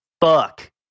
fuck